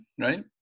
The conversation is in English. right